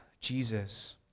Jesus